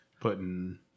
putting